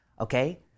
Okay